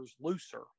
looser